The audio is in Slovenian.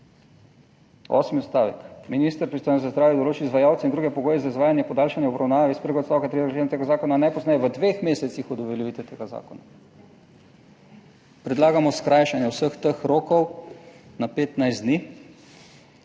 Osmi odstavek. Minister pristojen za zdravje določi izvajalce in druge pogoje za izvajanje podaljšane obravnave iz prvega odstavka / nerazumljivo/ člena tega zakona najpozneje v dveh mesecih od uveljavitve tega zakona. Predlagamo skrajšanje vseh teh rokov na 15 dni.